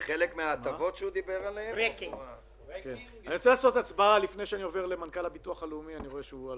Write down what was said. נמצא איתנו מנכ"ל הביטוח הלאומי מאיר שפיגלר,